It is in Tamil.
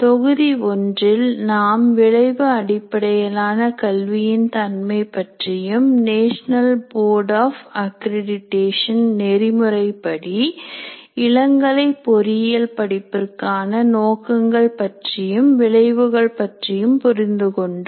தொகுதி ஒன்றில் நாம் விளைவு அடிப்படையிலான கல்வியின் தன்மை பற்றியும் நேஷனல் போர்ட் ஆப் ஆக்கிரடிடேஷன் நெறி முறைப்படி இளங்கலை பொறியியல் படிப்பிற்கான நோக்கங்கள் பற்றியும் விளைவுகள் பற்றியும் புரிந்து கொண்டோம்